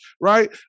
right